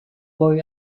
boy